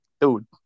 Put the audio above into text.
Dude